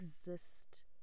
exist